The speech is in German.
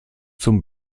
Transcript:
zum